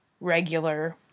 regular